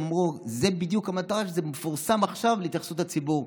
הם אמרו: זו בדיוק המטרה שזה מפורסם עכשיו להתייחסות הציבור.